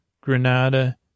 Granada